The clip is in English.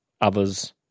others